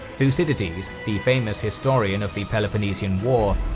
thucydides, the famous historian of the peleponnesian war,